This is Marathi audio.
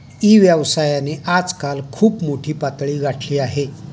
ई व्यवसायाने आजकाल खूप मोठी पातळी गाठली आहे